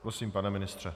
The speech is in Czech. Prosím, pane ministře.